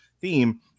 theme